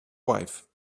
wife